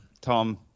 Tom